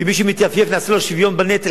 כי מי שמתייפייף נעשה לו שוויון בנטל,